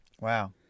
Wow